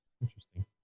Interesting